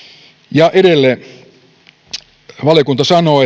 ja edelleen valiokunta sanoo